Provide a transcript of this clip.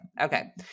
Okay